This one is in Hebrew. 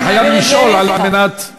אני חייב לשאול, כדי, אולי נעביר את זה אליךָ.